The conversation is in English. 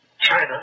China